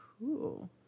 cool